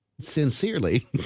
Sincerely